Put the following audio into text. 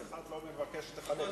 אף אחד לא מבקש שתחלק כסף.